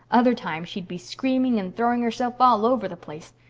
other times she'd be screaming and throwing herself all over the place.